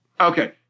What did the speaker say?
Okay